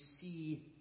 see